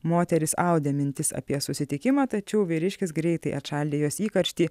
moteris audė mintis apie susitikimą tačiau vyriškis greitai atšaldė jos įkarštį